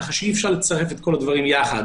כך שאי-אפשר לצרף את כל הדברים יחד,